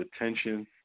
attention